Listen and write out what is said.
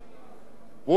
ומהדק את הסנקציות.